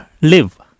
Live